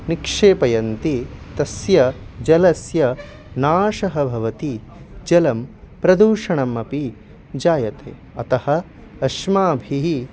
निक्षेपयन्ति तस्य जलस्य नाशः भवति जलं प्रदूषणमपि जायते अतः अस्माभिः